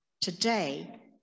Today